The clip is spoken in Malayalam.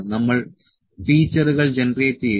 നമ്മൾ ഫീച്ചറുകൾ ജനറേറ്റ് ചെയ്യുന്നു